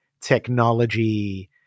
technology